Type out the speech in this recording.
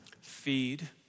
feed